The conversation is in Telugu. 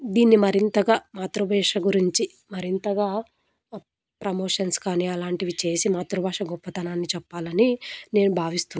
దీన్ని మరింతగా మాతృభేష గురించి మరింతగా ప్రమోషన్స్ కానీ అలాంటివి చేసి మాతృభాష గొప్పతనాన్ని చెప్పాలని నేను భావిస్తు